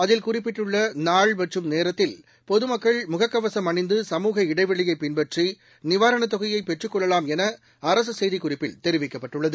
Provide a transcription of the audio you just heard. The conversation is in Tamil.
அதில் குறிப்பிட்டுள்ள நாள் மற்றும் நேரத்தில் பொதுமக்கள் முகக்கவசம் அணிந்து சமூக இடைவெளியை பின்பற்றி நிவாரணத்தொகையை பெற்றுக்கொள்ளலாம் என அரசு செய்திக்குறிப்பில் தெரிவிக்கப்பட்டுள்ளது